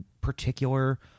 particular